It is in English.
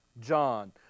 John